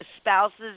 spouses